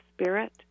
spirit